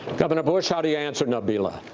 governor bush, how do you answer nabela?